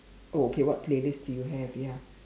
oh okay what playlist do you have ya